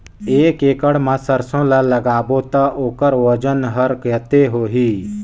एक एकड़ मा सरसो ला लगाबो ता ओकर वजन हर कते होही?